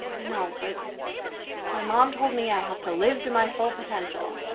i know, but my mom told me i have to live to my full potential.